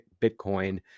Bitcoin